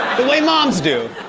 the way moms do.